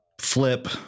flip